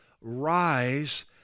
Rise